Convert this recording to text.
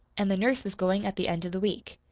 and the nurse was going at the end of the week.